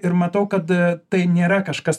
ir matau kad tai nėra kažkas